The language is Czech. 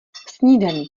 snídani